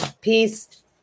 Peace